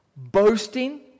Boasting